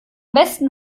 besten